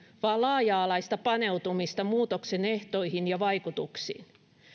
vaan laaja alaista paneutumista muutoksen ehtoihin ja vaikutuksiin